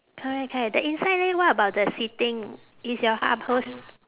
correct correct the inside leh what about the seating is your uphols~